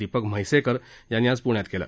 दीपक म्हैसेकर यांनी आज प्ण्यात केलं